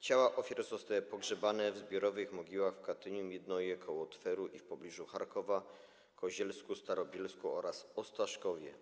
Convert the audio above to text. Ciała ofiar zostały pogrzebane w zbiorowych mogiłach w Katyniu, Miednoje koło Tweru i w pobliżu Charkowa, Kozielsku, Starobielsku oraz Ostaszkowie.